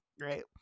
Great